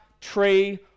tree